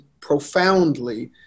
profoundly